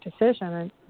decision